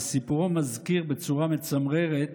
וסיפורו מזכיר בצורה מצמררת